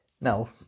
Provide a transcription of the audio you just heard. Now